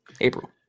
April